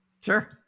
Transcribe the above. Sure